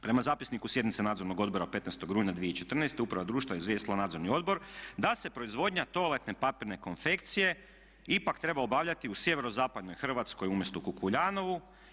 Prema zapisniku sjednice Nadzornog odbora od 15. rujna 2014. uprava društva izvijestila je Nadzorni odbor da se proizvodnja toaletne papirne konfekcije ipak treba obavljati u sjeverozapadnoj Hrvatskoj umjesto u Kukuljanovu.